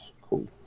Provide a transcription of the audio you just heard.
Cool